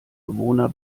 bewohner